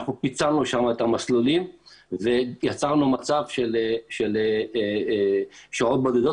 אנחנו פיצלנו שם את המסלולים ויצרנו מצב של שעות בודדות,